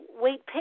wait